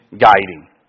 guiding